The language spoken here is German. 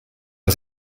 man